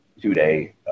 two-day